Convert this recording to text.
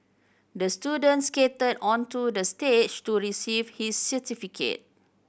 the student skated onto the stage to receive his certificate